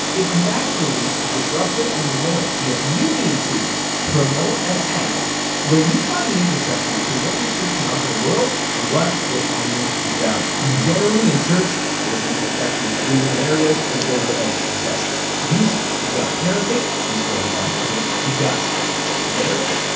it's naturally disruptive and annoying. yeah. you need to promote an ad where you find the intersection between what your church can offer the world, and what your audience would value. generally, in church, there's an intersection in three different areas. in order of best use, you've got parenting, easter on the farm. yeah. you've got marriage.